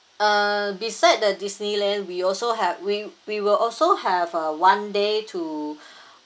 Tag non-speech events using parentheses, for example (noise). uh beside the disneyland we also have we we will also have a one day to (breath)